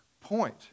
point